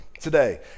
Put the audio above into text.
today